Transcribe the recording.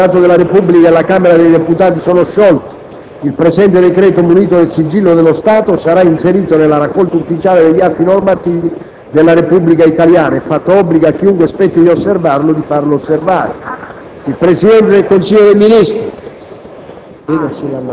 DECRETA: Il Senato della Repubblica e la Camera dei deputati sono sciolti. Il presente decreto, munito del sigillo dello Stato, sarà inserito nella Raccolta Ufficiale degli atti normativi della Repubblica italiana. È fatto obbligo a chiunque spetti di osservarlo e di farlo osservare. Dato a Roma, 6 febbraio